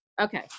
okay